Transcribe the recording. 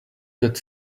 that